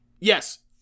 Yes